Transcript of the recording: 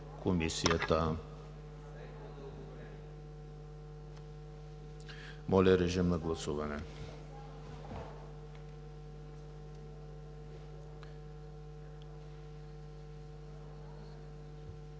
Моля, режим на гласуване